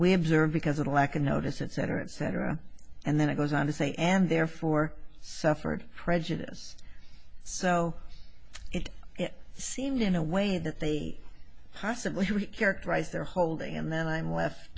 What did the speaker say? we observe because it a lack of notice it cetera et cetera and then it goes on to say and therefore suffered prejudice so it seemed in a way that they possibly characterized their holding and then i'm